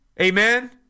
Amen